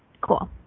Cool